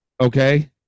Okay